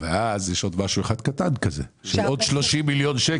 יש עוד משהו אחד קטן של עוד 30 שקל.